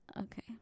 Okay